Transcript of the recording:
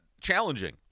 challenging